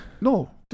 No